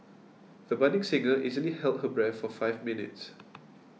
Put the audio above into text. the budding singer easily held her breath for five minutes